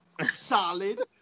Solid